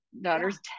daughter's